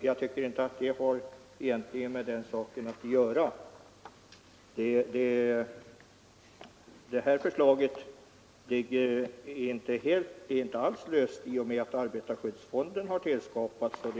Jag tycker inte heller att det egentligen har med saken att göra. Det här problemet är inte alls löst i och med att arbetarskyddsfonden har tillskapats, och